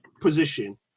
position